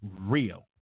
real